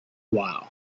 while